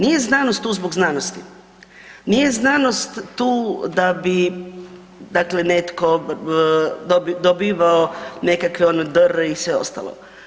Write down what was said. Nije znanost tu zbog znanosti, nije znanost tu da bi dakle netko dobivao nekakve ono dr. i sve ostalo.